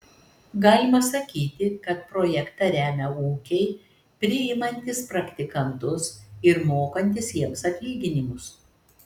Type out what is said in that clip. galima sakyti kad projektą remia ūkiai priimantys praktikantus ir mokantys jiems atlyginimus